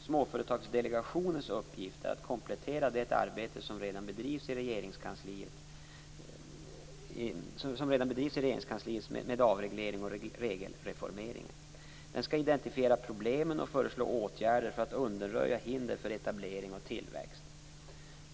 Småföretagsdelegationens uppgift är att komplettera det arbete som redan bedrivs i Regeringskansliet med avreglering och regelreformering. Den skall identifiera problem och föreslå åtgärder för att undanröja hinder för etablering och tillväxt.